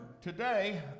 today